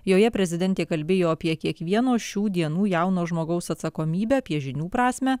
joje prezidentė kalbėjo apie kiekvieno šių dienų jauno žmogaus atsakomybę apie žinių prasmę